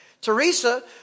Teresa